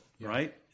right